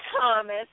Thomas